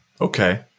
Okay